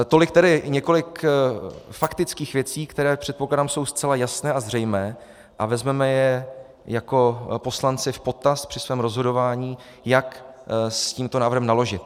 Tolik tedy několik faktických věcí, které, předpokládám, jsou zcela jasné a zřejmé a vezmeme je jako poslanci v potaz při svém rozhodování, jak s tímto návrhem naložit.